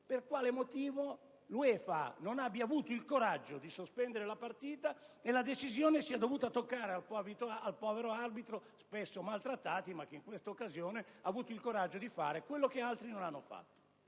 per quale motivo l'UEFA non abbia avuto il coraggio di sospendere la partita e la decisione sia dovuta toccare al povero arbitro, che fa parte di una categoria spesso maltrattata, ma che in questa occasione ha avuto il coraggio di fare quello che altri non hanno fatto.